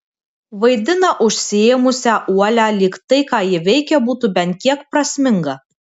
vaidina užsiėmusią uolią lyg tai ką ji veikia būtų bent kiek prasminga